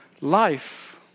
Life